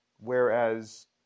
whereas